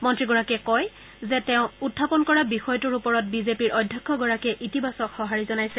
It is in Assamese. মন্ত্ৰীগৰাকীয়ে কয় যে তেওঁ উখাপন কৰা বিষয়টোৰ ওপৰত বিজেপিৰ অধ্যক্ষগৰাকীয়ে ইতিবাচক সহাৰি দিছে